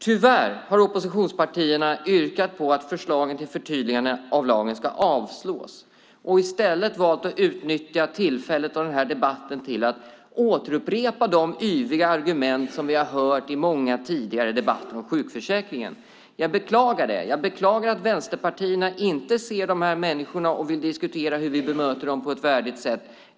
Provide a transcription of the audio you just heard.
Tyvärr har oppositionspartierna yrkat på att förslagen till förtydligande av lagen ska avslås och i stället valt att utnyttja tillfället och den här debatten till att upprepa de yviga argument som vi har hört i många tidigare debatter om sjukförsäkringen. Jag beklagar det. Jag beklagar att vänsterpartierna inte ser de här människorna och vill diskutera hur vi bemöter dem på ett värdigt sätt.